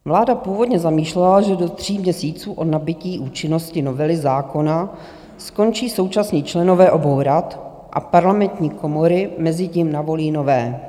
Vláda původně zamýšlela, že do tří měsíců od nabytí účinnosti novely zákona skončí současní členové obou rad a parlamentní komory mezitím navolí nové.